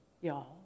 y'all